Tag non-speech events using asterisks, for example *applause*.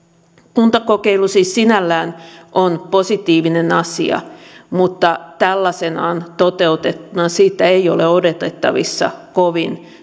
kuntakokeilu siis sinällään on positiivinen asia mutta tällaisenaan toteutettuna siitä ei ole odotettavissa kovin *unintelligible*